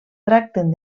tracten